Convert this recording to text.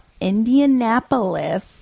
indianapolis